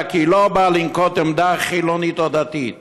כי היא לא באה לנקוט עמדה חילונית או דתית,